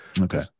Okay